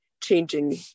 changing